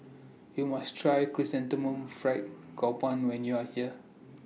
YOU must Try Chrysanthemum Fried Garoupa when YOU Are here